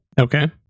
Okay